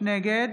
נגד